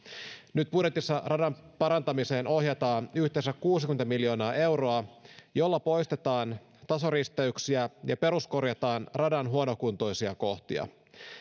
nyt budjetissa radan parantamiseen ohjataan yhteensä kuusikymmentä miljoonaa euroa jolla poistetaan tasoristeyksiä ja peruskorjataan radan huonokuntoisia kohtia